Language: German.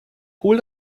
hol